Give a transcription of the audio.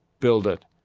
build it,